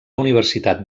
universitat